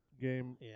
game